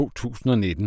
2019